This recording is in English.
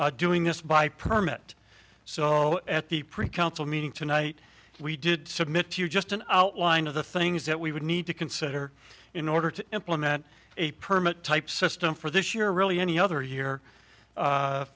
of doing this by permit so at the pre canceled meeting tonight we did submit to you just an outline of the things that we would need to consider in order to implement a permit type system for this year really any other year